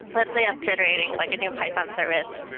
let's say i'm generating like a new python service.